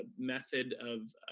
ah method of